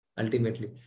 ultimately